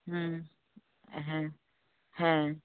হুম হ্যাঁ হ্যাঁ